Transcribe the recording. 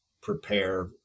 prepare